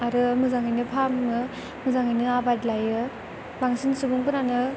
आरो मोजाङैनो फाहामो मोजाङैनो आबाद लायो बांसिन सुबुंफोरानो